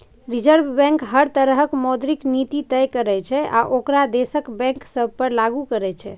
reserve bank हर तरहक मौद्रिक नीति तय करै छै आ ओकरा देशक बैंक सभ पर लागू करै छै